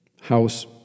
House